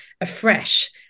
afresh